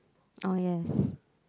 oh yes